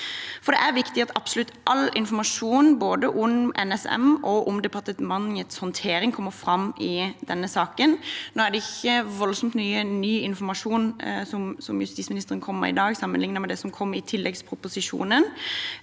2024 viktig at absolutt all informasjon både om NSM og om departementets håndtering kommer fram i denne saken. Nå er det ikke voldsomt mye ny informasjon justisministeren kommer med i dag, sammenliknet med det som kom i tilleggsproposisjonen.